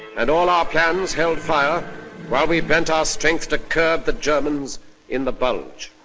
and all our plans held fire while we bent our strength to curb the germans in the bulge.